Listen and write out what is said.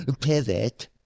Pivot